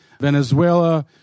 Venezuela